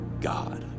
God